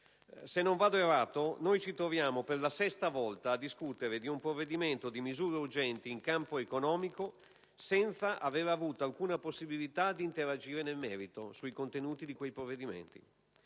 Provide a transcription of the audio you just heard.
Se non vado errato, ci troviamo per la sesta volta a discutere di un provvedimento di misure urgenti in campo economico, senza avere avuto alcuna possibilità di interagire nel merito sui contenuti di quel provvedimento.